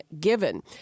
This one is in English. given